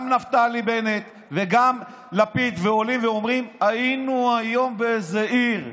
גם נפתלי בנט וגם לפיד עולים ואומרים: היינו היום באיזו עיר,